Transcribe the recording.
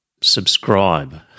subscribe